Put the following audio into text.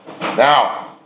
Now